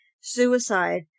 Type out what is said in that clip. suicide